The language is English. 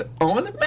on